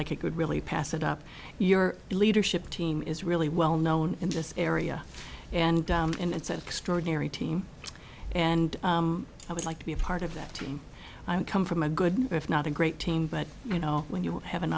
like i could really pass it up your leadership team is really well known in this area and it's an extraordinary team and i would like to be a part of that team i'm come from a good if not a great team but you know when you have an